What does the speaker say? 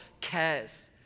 cares